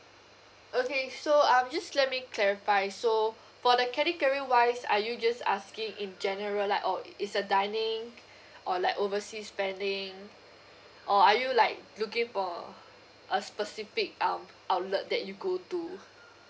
okay so um just let me clarify so for the credit carry wise are you just asking in general like oh it's a dining or like overseas spending or are you like looking for a specific um outlet that you go to